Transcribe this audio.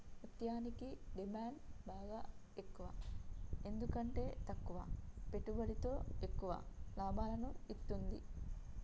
ముత్యనికి డిమాండ్ బాగ ఎక్కువ ఎందుకంటే తక్కువ పెట్టుబడితో ఎక్కువ లాభాలను ఇత్తుంది